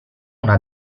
una